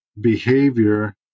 behavior